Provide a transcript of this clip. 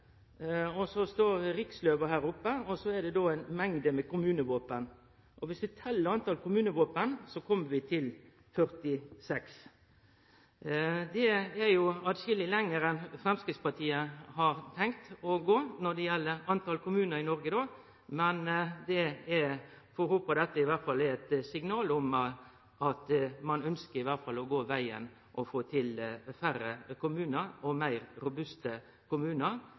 for så vidt ganske positiv: Her er Noreg, riksløva står her oppe, og så er det ei mengd med kommunevåpen. Dersom vi tel kor mange kommunevåpen det er, kjem vi til 46. Det er atskillig lenger enn Framstegspartiet har tenkt å gå når det gjeld talet på kommunar i Noreg, men eg får håpe at dette iallfall er eit signal om at ein ønskjer å gå den vegen og få færre og meir robuste kommunar